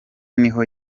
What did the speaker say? niho